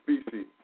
species